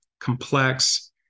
complex